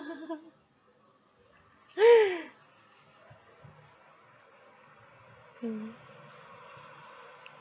mm